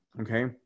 Okay